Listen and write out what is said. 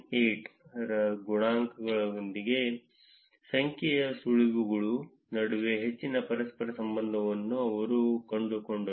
78 ರ ಗುಣಾಂಕದೊಂದಿಗೆ ಸಂಖ್ಯೆಯ ಸುಳಿವುಗಳ ನಡುವೆ ಹೆಚ್ಚಿನ ಪರಸ್ಪರ ಸಂಬಂಧವನ್ನು ಅವರು ಕಂಡುಕೊಂಡರು